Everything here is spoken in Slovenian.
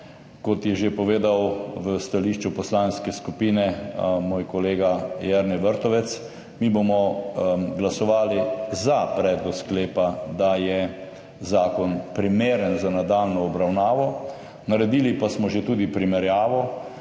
Kot je že povedal v stališču poslanske skupine moj kolega Jernej Vrtovec, mi bomo glasovali za predlog sklepa, da je zakon primeren za nadaljnjo obravnavo. Naredili pa smo že tudi primerjavo